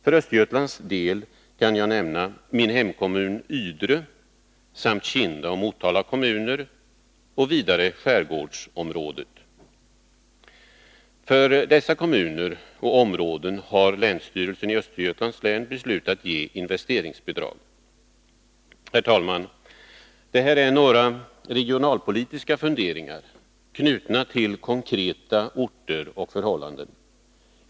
För Östergötlands del kan nämnas min hemkommun Ydre samt Kinda och Motala kommuner och vidare skärgårdsområdet. För dessa kommuner och områden har länsstyrelsen i Östergötlands län beslutat att ge investeringsbidrag. Herr talman! Det här är några regionalpolitiska funderingar, knutna till konkreta orter och förhållanden.